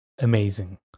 amazing